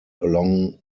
along